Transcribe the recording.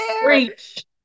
Preach